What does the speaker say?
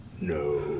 No